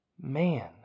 man